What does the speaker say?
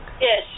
Yes